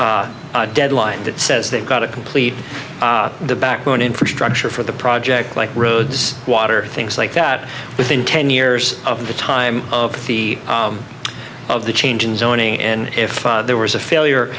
deadline that says they've got to complete the backbone infrastructure for the project like roads water things like that within ten years of the time of the of the change in zoning and if there was a failure